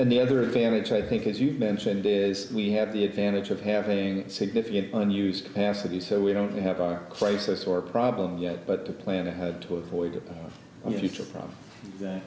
and the other advantage i think is you've mentioned is we have the advantage of having significant unused capacity so we don't have our crisis or problems yet but to plan ahead to avoid